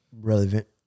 relevant